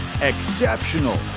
Exceptional